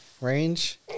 range